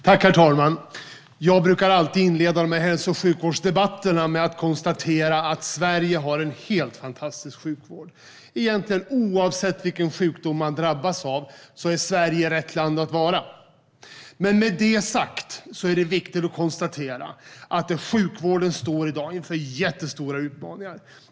Herr talman! Jag brukar alltid inleda hälso och sjukvårdsdebatterna med att konstatera att Sverige har en helt fantastisk sjukvård. Oavsett vilken sjukdom man drabbas av är Sverige rätt land att vara i. Men med detta sagt är det viktigt att konstatera att sjukvården i dag står inför jättestora utmaningar.